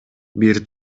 бир